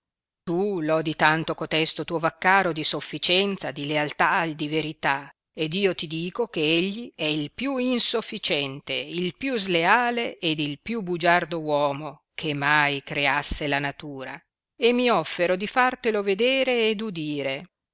tu lodi tanto cotesto tuo vaccaro di sofficienza di lealtà e di verità ed io ti dico che egli è il più insofficiente il più sleale ed il più bugiardo uomo che mai creasse la natura e mi offero di fartelo vedere ed udire